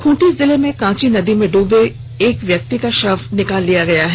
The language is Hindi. खूंटी जिले में कांची नदी में डूबे व्यक्ति का एक का शव निकाल लिया गया है